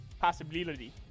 possibility